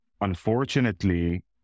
unfortunately